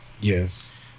Yes